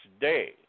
day